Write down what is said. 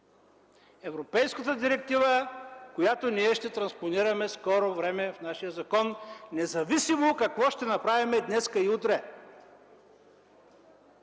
Европейската директива, която ние ще транспонираме в скоро време в нашия закон, независимо какво ще направим днес и утре.